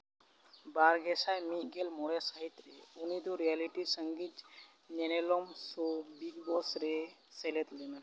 ᱵᱟᱨ ᱜᱮᱥᱟᱭ ᱢᱤᱫᱜᱮᱞ ᱢᱚᱬᱮ ᱥᱟᱹᱦᱤᱛ ᱨᱮ ᱩᱱᱤᱫᱚ ᱨᱤᱭᱮᱞᱮᱴᱤ ᱥᱚᱝᱜᱤᱛ ᱧᱮᱱᱮᱞᱚᱢ ᱥᱩᱨ ᱵᱤᱜᱽ ᱵᱚᱥ ᱨᱮ ᱥᱮᱞᱮᱫ ᱞᱮᱱᱟᱭ